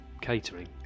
catering